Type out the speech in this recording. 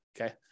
Okay